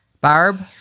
Barb